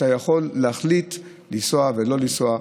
אתה יכול להחליט לנסוע ולא לנסוע,